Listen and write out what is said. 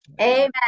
Amen